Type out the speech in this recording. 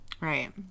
right